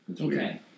Okay